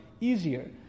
easier